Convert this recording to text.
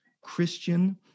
Christian